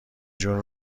جون